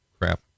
crap